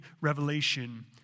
revelation